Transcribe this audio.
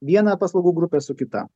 viena paslaugų grupė su kita